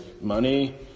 money